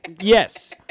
Yes